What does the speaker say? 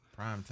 Primetime